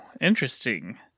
interesting